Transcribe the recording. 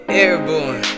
airborne